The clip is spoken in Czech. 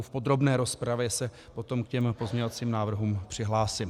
V podrobné rozpravě se potom k těm pozměňovacím návrhům přihlásím.